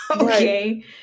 Okay